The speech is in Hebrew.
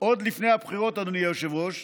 עוד לפני הבחירות, אדוני היושב-ראש,